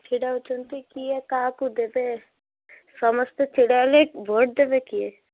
ଛିଡ଼ା ହେଉଛନ୍ତି କିଏ କାହାକୁ ଦେବେ ସମସ୍ତେ ଛିଡ଼ା ହେଲେ ଭୋଟ ଦେବେ କିଏ